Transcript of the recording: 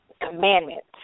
commandments